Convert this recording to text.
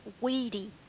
weedy